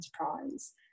enterprise